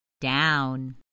down